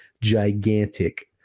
gigantic